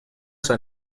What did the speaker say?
سال